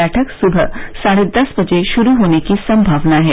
बैठक सुबह साढे दस बजे शुरू होने की संभावना है